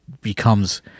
becomes